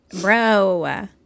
bro